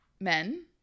men